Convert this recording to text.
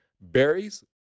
berries